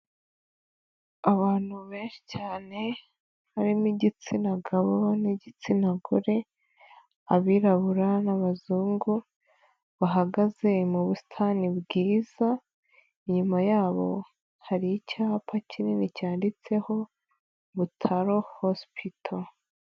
Abantu benshi cyane barimo igitsina gabo n'igitsina gore, abirabura n'abazungu bahagaze mu busitani bwiza, inyuma yabo hari icyapa kinini cyanditseho Butaro hosipito.